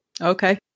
Okay